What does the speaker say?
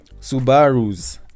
subarus